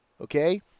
Okay